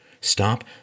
Stop